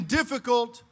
difficult